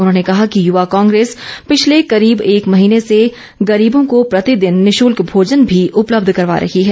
उन्होंने कहा कि युवा कांग्रेस पिछले करीब एक महीने से गरीबों को प्रतिदिन निशुल्क भोजन भी उपलब्ध करवा रही है